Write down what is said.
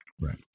Right